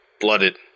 blooded